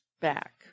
back